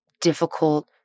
difficult